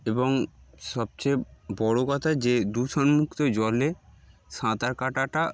এবং সবচেয়ে বড়ো কথা যে দূষণমুক্ত জলে সাঁতার কাটা টা